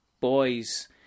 boys